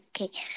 Okay